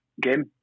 game